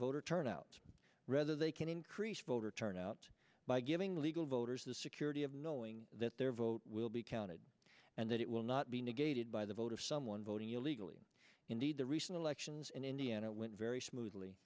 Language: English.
voter turnout rather they can increase voter turnout by giving legal voters the security of knowing that their vote will be counted and that it will not be negated by the vote of someone voting illegally indeed the recent elections in indiana went very smoothly